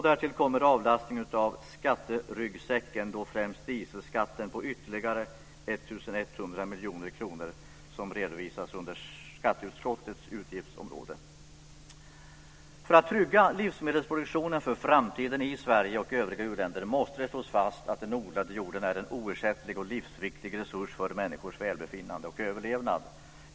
Därtill kommer avlastningen av skatteryggsäcken, då främst dieselskatten, på ytterligare För att trygga livsmedelsproduktionen för framtiden i Sverige och övriga EU-länder måste det slås fast att den odlade jorden är en oersättlig och livsviktig resurs för människors välbefinnande och överlevnad.